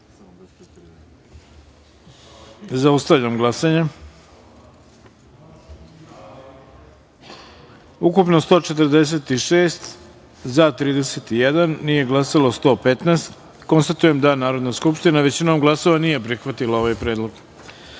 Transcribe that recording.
taster. Zaustavljam glasanje: ukupno – 146, za – 31, nije glasalo – 115.Konstatujem da Narodna skupština većinom glasova nije prihvatila ovaj predlog. Narodni